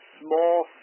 small